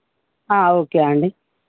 okay అండి